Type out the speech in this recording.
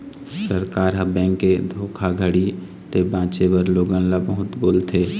सरकार ह, बेंक के धोखाघड़ी ले बाचे बर लोगन ल बहुत बोलथे